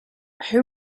who